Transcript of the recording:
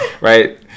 Right